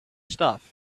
stuff